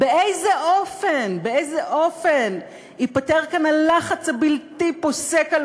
באיזה אופן ייפתרו כאן הלחץ הבלתי-פוסק על